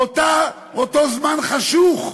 מאותו זמן חשוך?